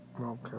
okay